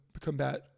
combat